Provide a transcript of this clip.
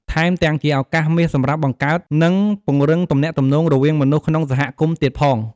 ថែមទាំងជាឱកាសមាសសម្រាប់ បង្កើត និងពង្រឹងទំនាក់ទំនង រវាងមនុស្សក្នុងសហគមន៍ទៀតផង។